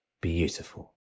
Beautiful